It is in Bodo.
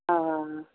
अह